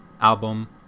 album